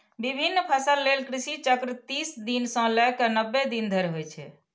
विभिन्न फसल लेल कृषि चक्र तीस दिन सं लए कए नब्बे दिन धरि होइ छै